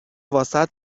واست